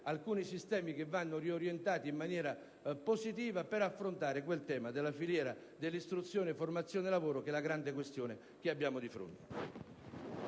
alcuni sistemi che vanno orientati in maniera positiva al fine di affrontare il tema della filiera dell'istruzione e formazione lavoro, che è la grande questione che abbiamo di fronte.